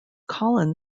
colin